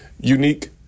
unique